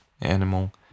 animal